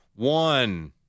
One